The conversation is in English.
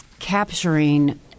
capturing